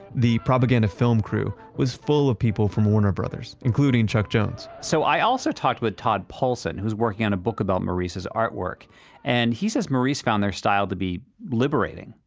the propaganda film crew was full of people from warner brothers, including chuck jones so i also talked with todd paulson who's working on a book about maurice's artwork and he says maurice's found their style to be liberating.